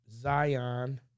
Zion